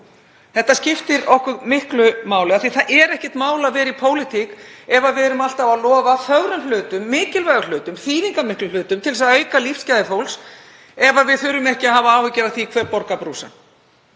Þetta skiptir okkur miklu máli af því að það er ekkert mál að vera í pólitík ef við erum alltaf að lofa fögrum hlutum, mikilvægum hlutum, þýðingarmiklum hlutum til þess að auka lífsgæði fólks og við þurfum ekki að hafa áhyggjur af því hver borgar brúsann,